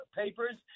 papers